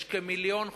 יש כמיליון חוכרים,